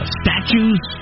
statues